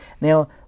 Now